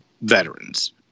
veterans